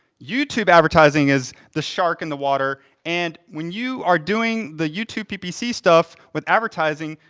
youtube advertising is the shark in the water, and when you are doing the youtube ppc stuff with advertising,